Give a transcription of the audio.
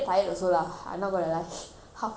halfway about one hour plus I sleepy already